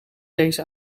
deze